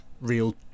real